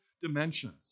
dimensions